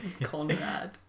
Conrad